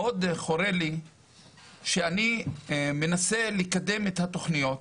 מאוד חורה לי שאני מנסה לקדם את התוכניות,